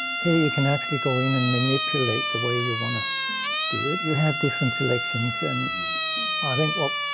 here you can actually go in and manipulate the way you want to do it. you have different selections and i think what,